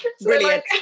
Brilliant